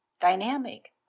dynamic